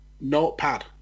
Notepad